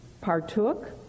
partook